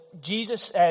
Jesus